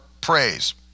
praise